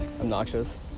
obnoxious